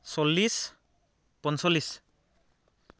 চল্লিছ পঞ্চল্লিছ